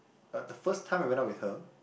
uh the first time I went out with her